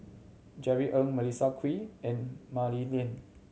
Jerry Ng Melissa Kwee and Mah Li Lian